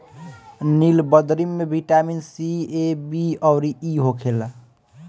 नीलबदरी में vitamin C, A, B अउरी इ होखेला